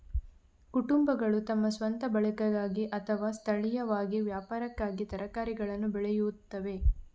ಕುಟುಂಬಗಳು ತಮ್ಮ ಸ್ವಂತ ಬಳಕೆಗಾಗಿ ಅಥವಾ ಸ್ಥಳೀಯವಾಗಿ ವ್ಯಾಪಾರಕ್ಕಾಗಿ ತರಕಾರಿಗಳನ್ನು ಬೆಳೆಯುತ್ತವೆ